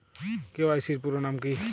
KYC এর পুরোনাম কী?